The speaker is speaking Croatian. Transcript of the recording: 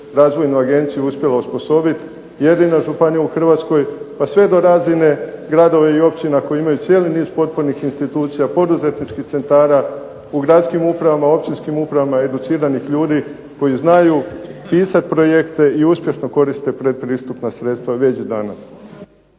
razvojnu agenciju uspjela osposobiti jedina županija u Hrvatskoj, pa sve do razine gradova i općina koje imaju cijeli niz potpornih institucija, poduzetničkih centara u gradskim upravama i općinskim upravama educiranih ljudi koji znaju ... projekte i uspješno koriste pretpristupna sredstva već danas.